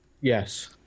Yes